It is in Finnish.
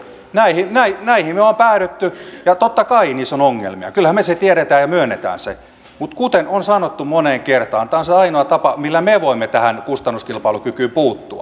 näihin me olemme päätyneet ja totta kai niissä on ongelmia kyllähän me sen tiedämme ja myönnämme mutta kuten on sanottu moneen kertaan tämä on se ainoa tapa millä me voimme tähän kustannuskilpailukykyyn puuttua